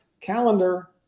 calendar